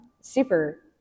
Super